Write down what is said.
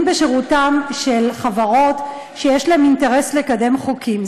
בשירותן של חברות שיש להן אינטרס לקדם חוקים.